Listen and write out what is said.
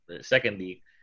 Secondly